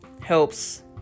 helps